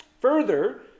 Further